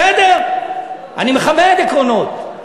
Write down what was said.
בסדר, אני מכבד עקרונות.